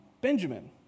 benjamin